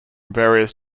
various